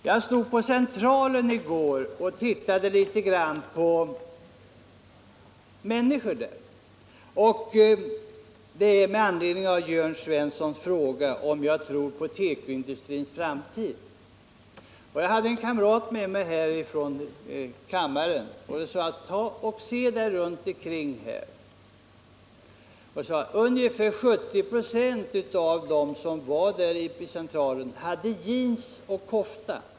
Jag stod på Centralen i går tillsammans med en kammarkamrat och tittade på människorna där. Jag sade: Se dig omkring här — ungefär 70 96 av människorna på Centralen har jeans och kofta.